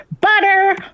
butter